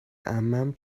عمم